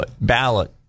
ballot